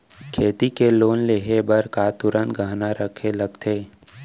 खेती के लोन लेहे बर का तुरंत गहना रखे लगथे?